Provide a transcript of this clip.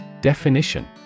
Definition